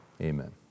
Amen